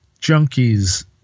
junkies